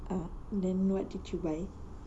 ah then what did you buy